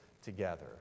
together